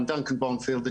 אני דנקן בונפילד,